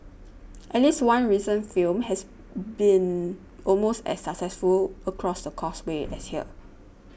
at least one recent film has been almost as successful across the Causeway as here